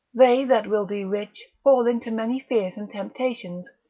they that will be rich fall into many fears and temptations,